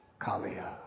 Kalia